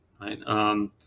right